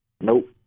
Nope